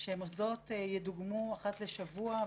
שמוסדות ידוגמו אחת לשבוע,